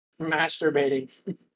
Masturbating